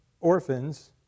orphans